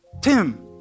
Tim